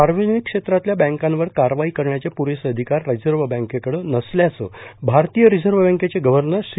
सार्वजनिक क्षेत्रातल्या बँकावर कारवाई करण्याचे पुरेसे अधिकार रिझर्व बँकेकडं नसल्याचं भारतीय रिझर्व बँकेचे गव्हर्नर श्री